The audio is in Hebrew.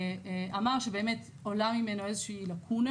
אמר שבאמת עולה ממנו איזו שהיא לקונה,